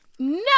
No